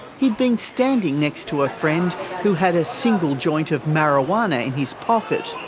he'd been standing next to a friend who had a single joint of marijuana in his pocket.